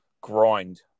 grind